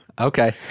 Okay